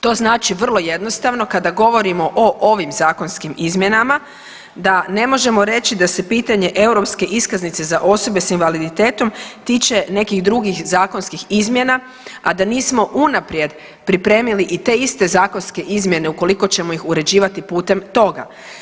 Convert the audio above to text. To znači vrlo jednostavno, kada govorimo o ovim zakonskim izmjenama da ne možemo reći da se pitanje Europske iskaznice za osobe s invaliditetom tiče nekih drugih zakonskih izmjena, a da nismo unaprijed pripremili i te iste zakonske izmjene, ukoliko ćemo ih uređivati putem toga.